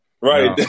Right